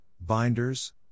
binders